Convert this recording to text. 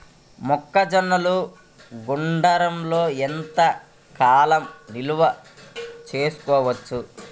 మొక్క జొన్నలు గూడంలో ఎంత కాలం నిల్వ చేసుకోవచ్చు?